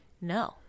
no